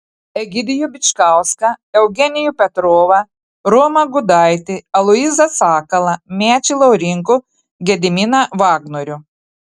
egidijų bičkauską eugenijų petrovą romą gudaitį aloyzą sakalą mečį laurinkų gediminą vagnorių